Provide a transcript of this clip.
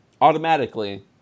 automatically